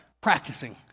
Practicing